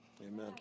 Amen